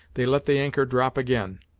they let the anchor drop again.